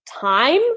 time